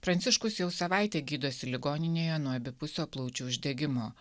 pranciškus jau savaitę gydosi ligoninėje nuo abipusio plaučių uždegimo